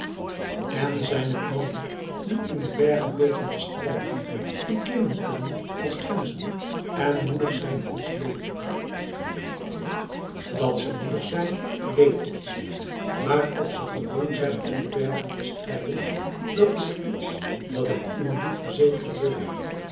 en zijn het mannen die in de bergen weten te strijden die klimmen kunnen als gemzen en moedig zijn als leeuwen dat ze moedig zijn weet ik heer maar of ze gewoon zijn in de bergen te strijden dat is iets dat ik u niet verzekeren durf